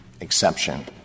exception